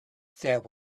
there